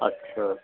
अच्छा